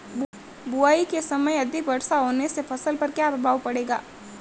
बुआई के समय अधिक वर्षा होने से फसल पर क्या क्या प्रभाव पड़ेगा?